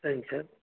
சரிங்க சார்